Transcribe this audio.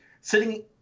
Sitting